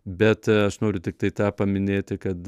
bet aš noriu tiktai tą paminėti kad